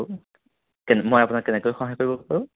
hello মই আপোনাক কেনেকৈ সহায় কৰিব পাৰোঁ